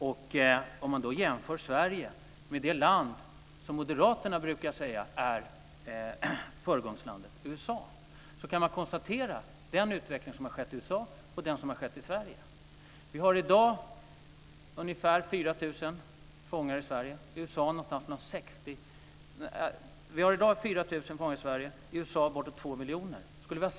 Man kan jämföra utvecklingen i Sverige med utvecklingen i det land som moderaterna brukar kalla föregångsland, dvs. USA. Vi har i dag ungefär 4 000 fångar i Sverige. I USA finns det bortåt 2 miljoner.